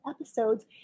episodes